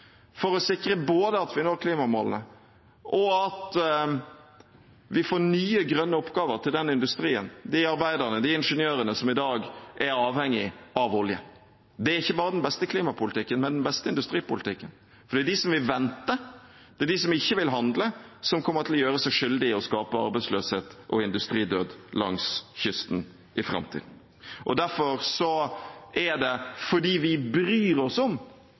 for å sikre både at vi når klimamålene, at vi får nye grønne oppgaver til den industrien, de arbeiderne og de ingeniørene som i dag er avhengig av olje. Det er ikke bare den beste klimapolitikken, men den beste industripolitikken, for det er de som vil vente, de som ikke vil handle, som kommer til å gjøre seg skyldig i å skape arbeidsløshet og industridød langs kysten i framtiden. Derfor, fordi vi bryr oss om